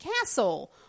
castle